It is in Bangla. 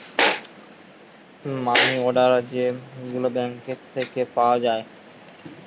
মানি অর্ডার যে গুলা ব্যাঙ্ক থিকে পাওয়া যায়